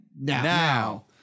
now